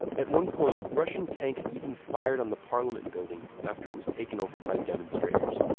at one point, russian tanks even fired on the parliament building after it was taken over by demonstrators.